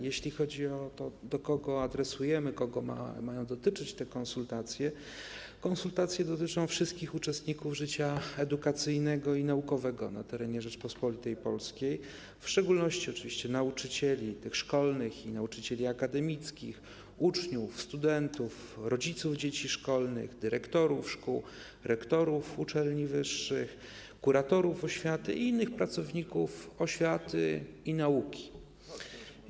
Jeśli chodzi o to, do kogo je adresujemy, kogo mają dotyczyć te konsultacje, to odpowiadam, że konsultacje dotyczą wszystkich uczestników życia edukacyjnego i naukowego na terenie Rzeczypospolitej Polskiej, w szczególności oczywiście nauczycieli szkolnych i nauczycieli akademickich, uczniów, studentów, rodziców dzieci szkolnych, dyrektorów szkół, rektorów uczelni wyższych, kuratorów oświaty i innych pracowników oświaty i nauki.